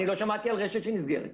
אני לא שמעתי על רשת שנסגרת.